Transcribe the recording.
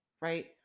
right